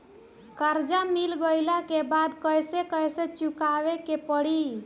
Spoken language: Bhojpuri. कर्जा मिल गईला के बाद कैसे कैसे चुकावे के पड़ी?